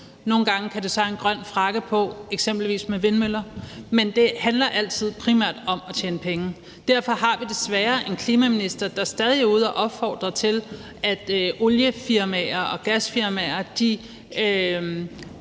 Nogle gange kan det så have en grøn frakke på, eksempelvis med vindmøller, men det handler altid primært om at tjene penge. Derfor har vi desværre en klimaminister, der stadig er ude og opfordre til, at oliefirmaer og gasfirmaer får